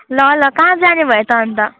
ल ल कहाँ जाने भयो त अन्त